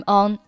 on